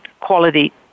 quality